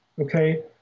okay